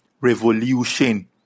Revolution